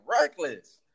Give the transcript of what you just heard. reckless